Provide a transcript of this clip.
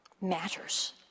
Matters